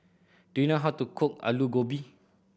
do you know how to cook Alu Gobi